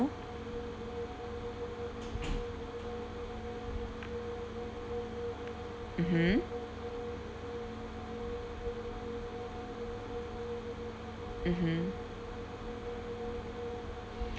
mmhmm mmhmm